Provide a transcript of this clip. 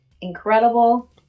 Incredible